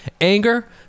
anger